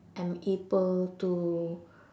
am able to